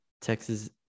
Texas